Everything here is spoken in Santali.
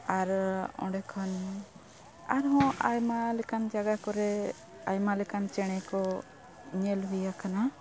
ᱟᱨ ᱚᱸᱰᱮᱠᱷᱚᱱ ᱟᱨᱦᱚᱸ ᱟᱭᱢᱟ ᱞᱮᱠᱟᱱ ᱡᱟᱭᱜᱟ ᱠᱚᱨᱮ ᱟᱭᱢᱟ ᱞᱮᱠᱟᱱ ᱪᱮᱬᱮ ᱠᱚ ᱧᱮᱞ ᱦᱩᱭ ᱟᱠᱟᱱᱟ